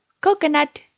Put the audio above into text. coconut